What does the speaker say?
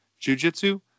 jujitsu